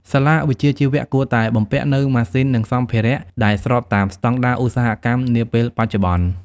សាលាវិជ្ជាជីវៈគួរតែបំពាក់នូវម៉ាស៊ីននិងសម្ភារៈដែលស្របតាមស្តង់ដារឧស្សាហកម្មនាពេលបច្ចុប្បន្ន។